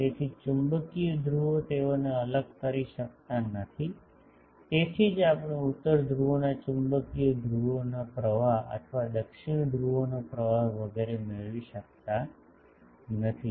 તેથી ચુંબકીય ધ્રુવો તેઓને અલગ કરી શકાતા નથી તેથી જ આપણે ઉત્તર ધ્રુવોના ચુંબકીય ધ્રુવોનો પ્રવાહ અથવા દક્ષિણ ધ્રુવોનો પ્રવાહ વગેરે મેળવી શકતા નથી